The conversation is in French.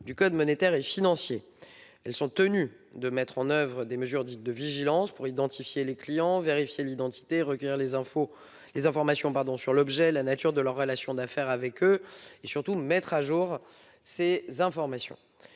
du code monétaire et financier. Elles sont ainsi tenues de mettre en oeuvre des mesures dites de vigilance, qui consistent à identifier leurs clients, à vérifier leur identité, à recueillir des informations sur l'objet et la nature de leur relation d'affaires avec eux et à mettre à jour ces informations